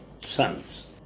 sons